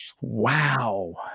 wow